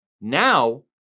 now